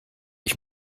ich